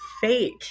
fake